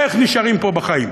איך נשארים פה בחיים,